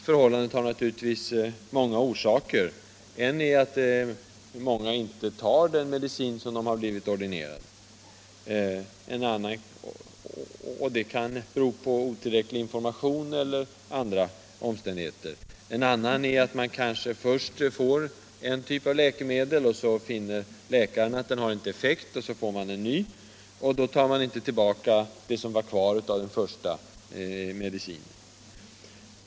Detta har naturligtvis många orsaker. En är att många inte tar den medicin de blivit ordinerade, och det kan bero på otillräcklig information eller andra omständigheter. En annan orsak är att man först får en typ av läkemedel och att läkaren sedan finner att denna inte har effekt. Man får då en ny medicin och lämnar inte tillbaka det som blev kvar av den första.